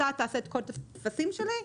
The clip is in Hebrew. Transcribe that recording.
אתה תעשה את כל הטפסים שלי,